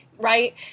right